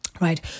right